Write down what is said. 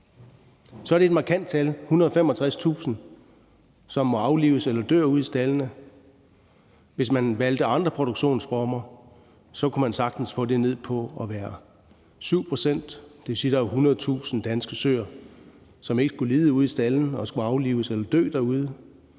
så er det et markant tal, altså 165.000, som må aflives eller dør ude i staldene. Hvis man valgte andre produktionsformer, kunne man sagtens få det ned på at være 7 pct., og det vil sige, at der er 100.000 danske søer, som ikke skulle lide ude i staldene og skulle aflives eller dø derude.